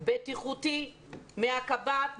בטיחותי מהקב"ט,